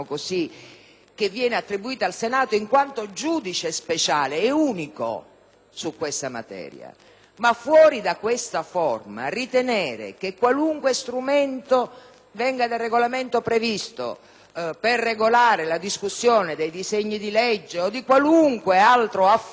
che viene attribuito al Senato in quanto giudice speciale e unico su tale materia. Ma fuori da questa forma, ritenere che qualunque strumento venga previsto dal Regolamento per regolare la discussione dei disegni di legge o di qualunque altro affare